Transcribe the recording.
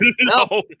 No